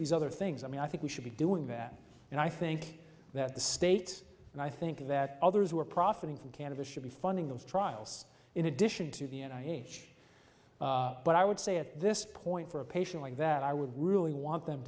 these other things i mean i think we should be doing that and i think that the state and i think that others who are profiting from canada should be funding those trials in addition to the n h but i would say at this point for a patient like that i would really want them